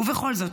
ובכל זאת,